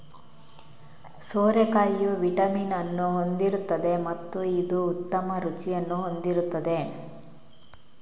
ಸೋರೆಕಾಯಿಯು vitamin ಅನ್ನು ಹೊಂದಿರುತ್ತದೆ ಮತ್ತು ಇದು ಉತ್ತಮ ರುಚಿಯನ್ನು ಹೊಂದಿರುತ್ತದೆ